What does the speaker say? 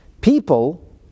people